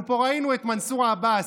אנחנו ראינו את מנסור עבאס,